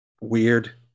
weird